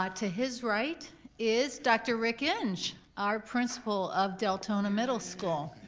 ah to his right is dr. rick inge, our principal of deltona middle school.